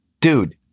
dude